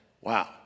Wow